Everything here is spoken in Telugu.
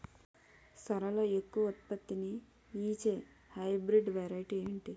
సోరలో ఎక్కువ ఉత్పత్తిని ఇచే హైబ్రిడ్ వెరైటీ ఏంటి?